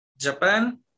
Japan